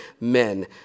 men